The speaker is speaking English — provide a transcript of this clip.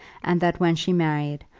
and that when she married,